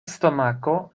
stomako